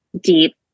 deep